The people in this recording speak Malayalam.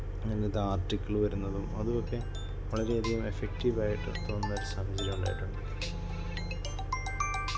അതിനകത്ത് ആർട്ടിക്കിൾ വരുന്നതും അതും ഒക്കെ വളരെയധികം എഫക്റ്റീവ് ആയിട്ട് തോന്നുന്ന ഒരു സാഹചര്യം ഉണ്ടായിട്ടുണ്ട്